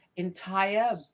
entire